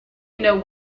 know